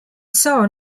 saa